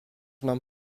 nam